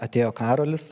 atėjo karolis